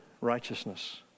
righteousness